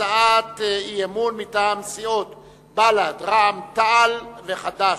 הצעת אי-אמון מטעם סיעות בל"ד, רע"ם-תע"ל וחד"ש.